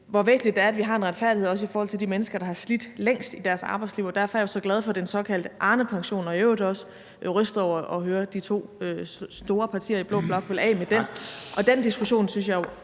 hvor væsentligt det er, at vi har en retfærdighed også i forhold til de mennesker, der har slidt længst i deres arbejdsliv. Derfor er jeg jo så glad for den såkaldte Arnepension. Og jeg er i øvrigt også rystet over at høre, at de to store partier i blå blok vil af med den. Den diskussion synes jeg jo